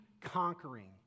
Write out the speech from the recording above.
conquering